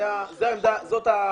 זאת העמדה שלנו.